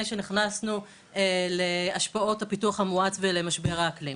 שנכנסנו להשפעות הפיתוח המואץ ולמשבר האקלים.